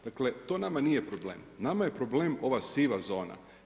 Dakle, to nama nije problem, nama je problem ova siva zona.